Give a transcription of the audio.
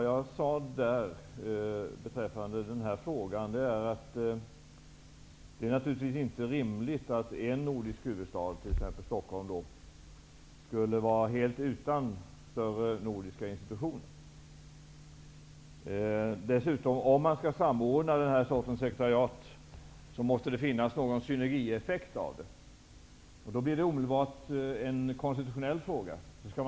Jag sade där att det naturligtvis inte är rimligt att en nordisk huvudstad, t.ex. Stockholm, skulle vara helt utan större nordiska institutioner. Om man skall samordna den här sortens sekretariat måste det bli någon synergieffekt. Då blir det omedelbart en konstitutionell fråga.